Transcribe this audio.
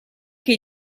che